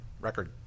record